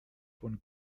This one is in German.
von